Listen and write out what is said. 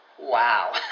wow